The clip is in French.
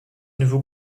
nouveau